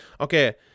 Okay